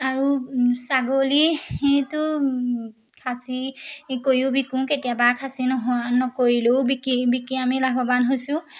আৰু ছাগলীটো খাচী কৰিও বিকোঁ কেতিয়াবা খাচী নোহোৱা নকৰিলেও বিকি বিকি আমি লাভৱান হৈছোঁ